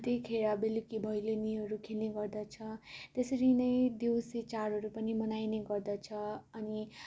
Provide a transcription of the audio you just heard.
त्यतिखेर बेलुकी भैलेनीहरू खेल्न गर्दछ त्यसरी नै देउसी चाडहरू पनि मनाइने गर्दछ अनि